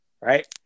right